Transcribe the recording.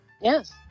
Yes